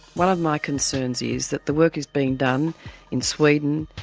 one of my concerns is that the work is being done in sweden,